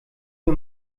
mir